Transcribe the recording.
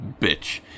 bitch